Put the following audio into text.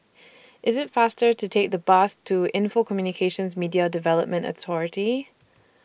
IT IS faster to Take The Bus to Info Communications Media Development Authority